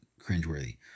cringeworthy